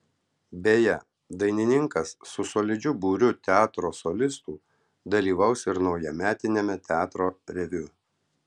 beje dainininkas su solidžiu būriu teatro solistų dalyvaus ir naujametiniame teatro reviu